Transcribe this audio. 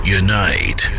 unite